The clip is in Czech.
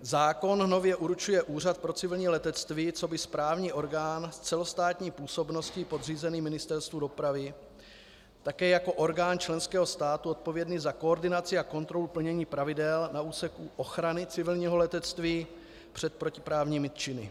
Zákon nově určuje Úřad pro civilní letectví coby správní orgán s celostátní působností, podřízený Ministerstvu dopravy, také jako orgán členského státu odpovědný za koordinaci a kontrolu plnění pravidel na úseku ochrany civilního letectví před protiprávními činy.